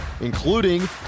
including